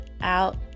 out